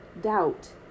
Doubt